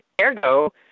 Ergo